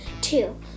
two